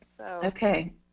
Okay